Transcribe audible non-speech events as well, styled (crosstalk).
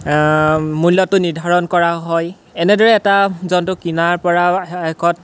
মূল্যটো নিৰ্ধাৰণ কৰা হয় এনেদৰে এটা জন্তু কিনাৰপৰা (unintelligible) শেষত